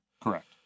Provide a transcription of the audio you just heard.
Correct